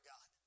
God